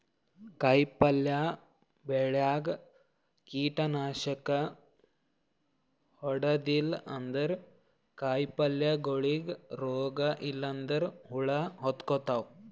ಕಾಯಿಪಲ್ಯ ಬೆಳ್ಯಾಗ್ ಕೀಟನಾಶಕ್ ಹೊಡದಿಲ್ಲ ಅಂದ್ರ ಕಾಯಿಪಲ್ಯಗೋಳಿಗ್ ರೋಗ್ ಇಲ್ಲಂದ್ರ ಹುಳ ಹತ್ಕೊತಾವ್